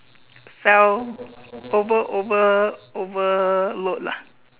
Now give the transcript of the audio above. fell over over overload lah